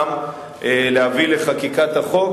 להביא לחקיקת החוק,